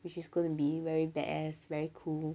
which is going to be very badass very cool